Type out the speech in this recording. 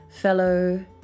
fellow